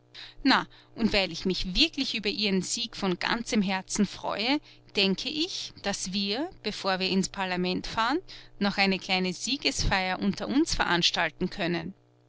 na und weil ich mich wirklich über ihren sieg von ganzem herzen freue denke ich daß wir bevor wir ins parlament fahren noch eine kleine siegesfeier unter uns veranstalten können